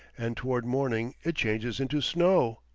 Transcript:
and toward morning it changes into snow.